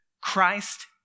Christ